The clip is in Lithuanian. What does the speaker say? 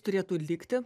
turėtų likti